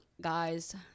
guys